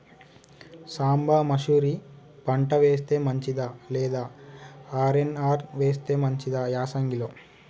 సాంబ మషూరి పంట వేస్తే మంచిదా లేదా ఆర్.ఎన్.ఆర్ వేస్తే మంచిదా యాసంగి లో?